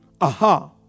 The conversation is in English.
Aha